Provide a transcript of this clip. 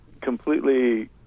completely